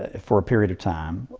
ah for a period of time.